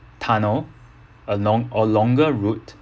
tunnel along or longer route